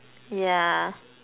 yeah